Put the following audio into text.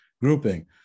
grouping